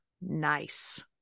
Nice